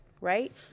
right